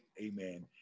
amen